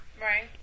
Right